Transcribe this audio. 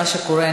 מה שקורה,